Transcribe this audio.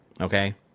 okay